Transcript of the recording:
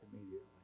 immediately